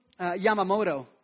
Yamamoto